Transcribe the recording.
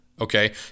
Okay